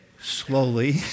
slowly